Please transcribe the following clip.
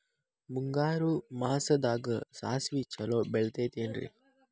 ಮುಂಗಾರು ಮಾಸದಾಗ ಸಾಸ್ವಿ ಛಲೋ ಬೆಳಿತೈತೇನ್ರಿ?